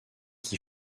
qui